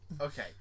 okay